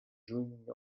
juny